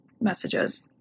messages